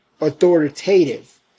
authoritative